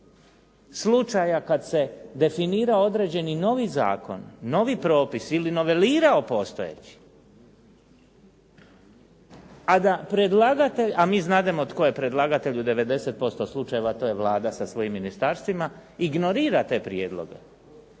slučaja kad se definirao određeni novi zakon, novi propis ili novelirao postojeći a da predlagatelj, a mi znademo tko je predlagatelj u 90% slučajeva, to je Vlada sa svojim ministarstvima ignorira te prijedloga.